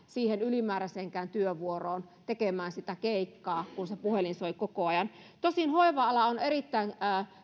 siihen ylimääräiseenkään työvuoroon tekemään sitä keikkaa kun se puhelin soi koko ajan tosin hoiva ala on erittäin